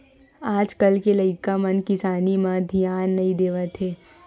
आज कल के लइका मन किसानी म धियान नइ देवत हे